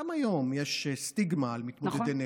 וגם היום יש, סטיגמה על מתמודדי נפש.